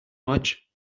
much